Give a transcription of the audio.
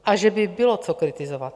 A že by bylo co kritizovat!